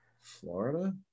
Florida